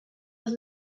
was